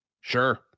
Sure